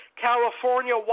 California